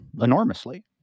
enormously